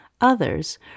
Others